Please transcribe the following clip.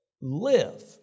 live